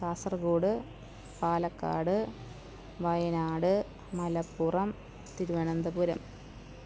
Kasaragod Palakkad Wayanad Malappuram Thiruvananthapuram